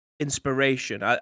inspiration